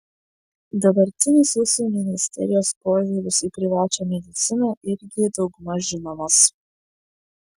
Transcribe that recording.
dabartinis jūsų ministerijos požiūris į privačią mediciną irgi daugmaž žinomas